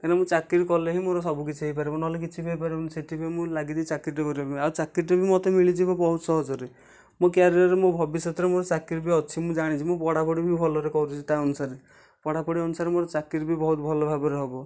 କାହିଁକି ନା ମୁଁ ଚାକିରି କଲେ ହିଁ ମୋର ସବୁ କିଛି ହୋଇପାରିବ ନହେଲେ କିଛି ବି ହୋଇପାରିବନି ସେଥିପାଇଁ ଲାଗିଛି ଚାକିରିଟିଏ କରିବା ପାଇଁ ଆଉ ଚାକିରିଟିଏ ବି ମତେ ମିଳିଯିବ ବହୁତ ସହଜରେ ମୋ କ୍ଯାରିୟରରେ ମୋ ଭବିଷ୍ୟତରେ ମୋର ଚାକିରି ବି ଅଛି ମୁଁ ଯାଣିଛି ମୁଁ ପଢ଼ାପଢ଼ି ବି ଭଲରେ କରୁଛି ତା ଅନୁସାରେ ପଢ଼ାପଢ଼ି ଅନୁସାରେ ମୋ ଚାକିରି ବି ବହୁତ ଭଲ ଭାବରେ ହେବ